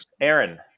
Aaron